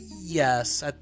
Yes